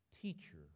Teacher